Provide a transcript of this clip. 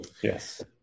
Yes